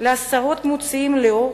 לעשרות מוציאים לאור,